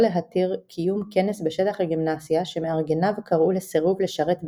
להתיר קיום כנס בשטח הגימנסיה שמארגניו קראו לסירוב לשרת בצה"ל.